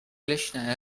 leśne